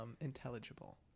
intelligible